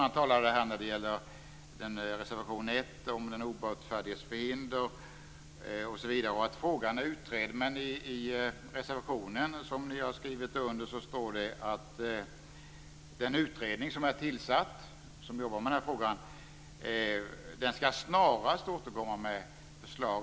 Han talade när det gällde reservation 1 om den obotfärdiges förhinder och sade att frågan var utredd. Men i den reservation ni har skrivit under står det att den utredning som är tillsatt och som jobbar med den här frågan snarast skall återkomma med förslag.